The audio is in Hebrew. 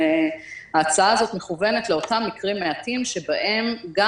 ההצעה הזאת מכוונת לאותם מקרים מעטים בהם גם